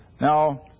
Now